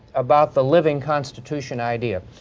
about the living constitution idea,